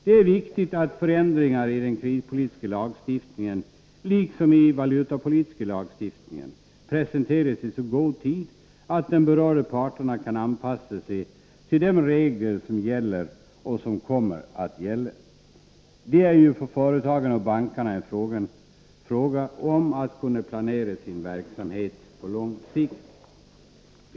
Det är viktigt att förändringar i den kreditpolitiska lagstiftningen, liksom i den valutapolitiska lagstiftningen, presenteras i så god tid att de berörda parterna kan anpassa sig till de regler som gäller och de som kommer att gälla. Det är ju för företagen och bankerna en fråga om att kunna planera sin verksamhet på lång sikt.